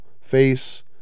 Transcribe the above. Face